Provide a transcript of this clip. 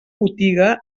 botiga